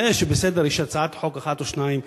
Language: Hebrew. זה שבסדר-היום יש הצעת חוק אחת או שתיים,